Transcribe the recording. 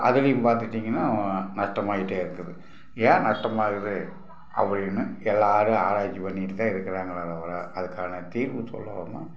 அதுலேயும் பார்த்துட்டிங்கன்னா நஷ்டமாகிட்டேருக்குது ஏன் நஷ்டமாகுது அப்படின்னு எல்லோரும் ஆராய்ச்சி பண்ணிக்கிட்டு தான் இருக்கிறாங்களே அதுக்கான தீர்வு சொல்ல ஒன்றும்